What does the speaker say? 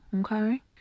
okay